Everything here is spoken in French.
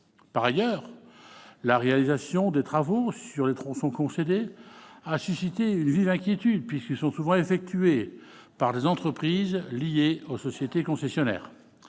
Par ailleurs, la réalisation des travaux sur les tronçons concédés a suscité une vive inquiétude, puisqu'ils sont souvent effectués par des entreprises liées aux sociétés concessionnaires.